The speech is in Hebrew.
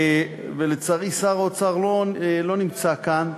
לצערי שר האוצר לא נמצא כאן: